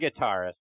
guitarist